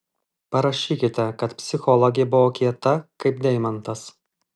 parašykite kad psichologė buvo kieta kaip deimantas